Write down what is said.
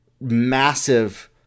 massive